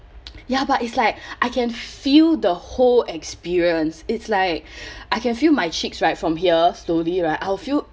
ya but it's like I can feel the whole experience it's like I can feel my cheeks right from here slowly right I'll feel